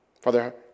Father